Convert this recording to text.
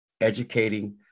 educating